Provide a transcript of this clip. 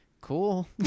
cool